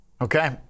Okay